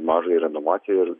mažąją renovaciją ir